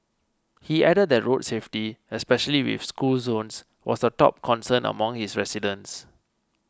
he added that road safety especially with school zones was the top concern among his residents